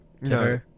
No